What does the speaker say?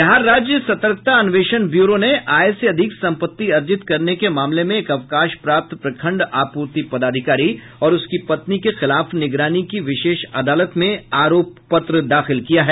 बिहार राज्य सतर्कता अन्वेषण ब्यूरो ने आय से अधिक संपत्ति अर्जित करने मामले में एक अवकाश प्राप्त प्रखंड आपूर्ति पदाधिकारी और उसकी पत्नी के खिलाफ निगरानी की विशेष अदालत में आरोप पत्र दाखिल किया है